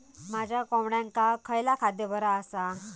माझ्या कोंबड्यांका खयला खाद्य बरा आसा?